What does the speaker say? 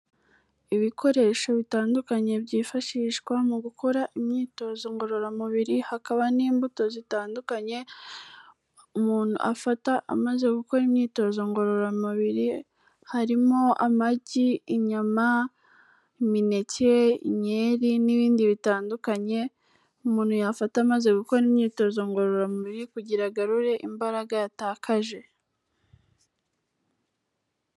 Ibikoresho bitandukanye byifashishwa mu gukora imyitozongorora mubiri hakaba n'imbuto zitandukanye umuntu afata amaze gukora imyitozongorora mubiri harimo amagi, inyama, imineke, inkeri n'ibindi bitandukanye umuntu yafata amaze gukora imyitozo ngororamubiri kugira agarure imbaraga yatakaje.